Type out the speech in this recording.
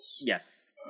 Yes